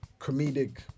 comedic